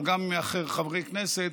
אבל גם מחברי כנסת,